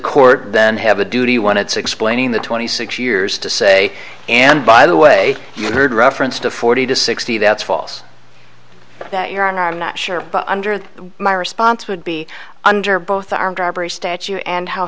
court then have a duty when it's explaining the twenty six years to say and by the way you heard reference to forty to sixty that's false that your honor i'm not sure but under the my response would be under both the armed robbery statue and how